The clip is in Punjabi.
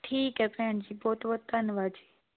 ਠੀਕ ਹੈ ਭੈਣ ਜੀ ਬਹੁਤ ਬਹੁਤ ਧੰਨਵਾਦ ਜੀ